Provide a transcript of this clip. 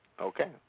Okay